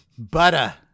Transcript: Butter